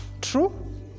true